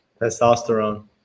Testosterone